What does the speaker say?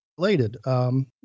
Related